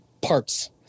parts